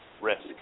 risk